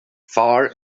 far